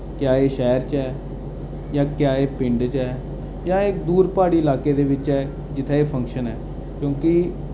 क्या एह् शैह्र च ऐ जां क्या एह् पिंड च ऐ जां एह् दूर पह्यड़ी इलाके दे बिच ऐ जित्थै एह् फंक्शन ऐ क्योंकि